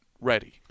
ready